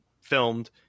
filmed